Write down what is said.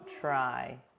try